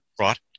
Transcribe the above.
Right